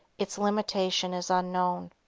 its limitation is unknown.